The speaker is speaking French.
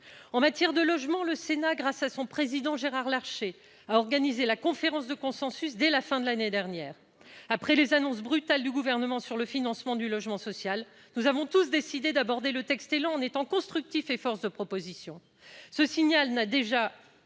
En matière de logement, le Sénat, grâce à son président, Gérard Larcher, a organisé la conférence de consensus dès la fin de l'année dernière. Après les annonces brutales du Gouvernement sur le financement du logement social, nous avons tous décidé d'aborder le texte portant évolution du logement, de l'aménagement